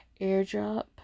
airdrop